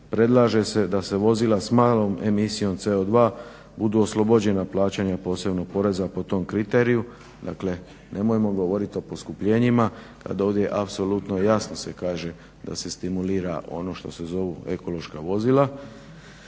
predlaže se da se vozila s malom emisijom CO2 budu oslobođena plaćanja posebnog poreza po tom kriteriju, dakle nemojmo govoriti o poskupljenjima kad ovdje apsolutno jasno se kaže da se stimulira ono što se zovu ekološka vozila,